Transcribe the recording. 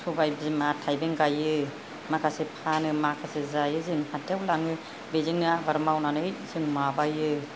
सबाइ बिमा थाइबें गाइयो माखासे फानो माखासे जायो जों हाथाइयाव लाङो बेजोंनो आबाद मावनानै जों माबायो